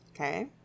Okay